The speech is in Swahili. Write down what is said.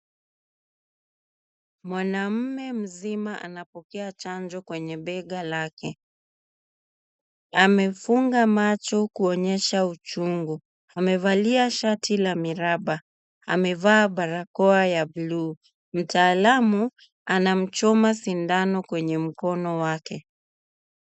Mwanaume mzima anapokea chanjo kwenye bega lake. Anafunga macho kuonyesha uchungu. Amevalia shati la miraba, amevaa barakoa ya bluu. Mtaalamu anamchoma sindano kwenye mkono wake.